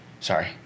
Sorry